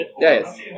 Yes